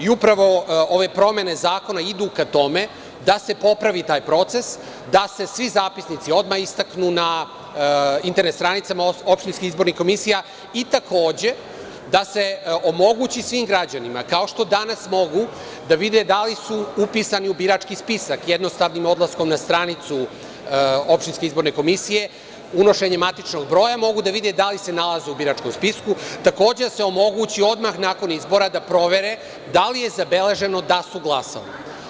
Upravo ove promene zakona idu ka tome da se popravi taj proces, da se svi zapisnici odmah istaknu na internet stranicama opštinskih izbornih komisija i, takođe, da se omogući svim građanima, kao što danas mogu, da vide da li su upisani u birački spisak jednostavnim odlaskom na stranicu opštinske izborne komisije, unošenjem matičnog broja mogu da vide da li se nalaze u biračkom spisku, takođe, da se omogući odmah nakon izbora da provere da li je zabeleženo da su glasali.